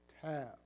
tab